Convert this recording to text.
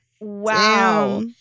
Wow